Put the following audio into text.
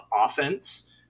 offense